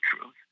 truth